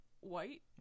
White